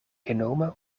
genomen